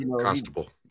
constable